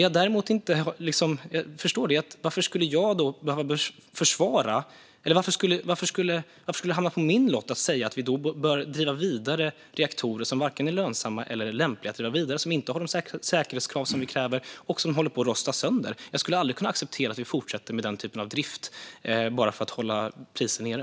Jag förstår dock inte varför det skulle hamna på min lott att säga att vi bör driva vidare reaktorer som varken är lönsamma eller lämpliga att driva vidare, som inte lever upp till de säkerhetskrav som vi har och som håller på att rosta sönder. Jag skulle aldrig kunna acceptera att vi fortsätter med sådan drift bara för att hålla priser nere.